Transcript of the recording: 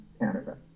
Canada